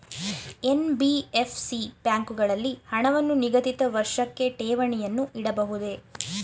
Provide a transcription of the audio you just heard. NBFC ಬ್ಯಾಂಕುಗಳಲ್ಲಿ ಹಣವನ್ನು ನಿಗದಿತ ವರ್ಷಕ್ಕೆ ಠೇವಣಿಯನ್ನು ಇಡಬಹುದೇ?